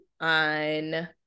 on